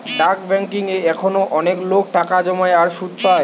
ডাক বেংকিং এ এখনো অনেক লোক টাকা জমায় আর সুধ পায়